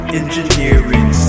engineering